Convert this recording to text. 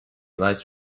lights